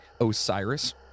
Osiris